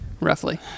roughly